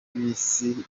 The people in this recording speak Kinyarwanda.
bisi